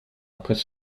après